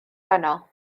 heno